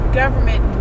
government